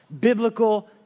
biblical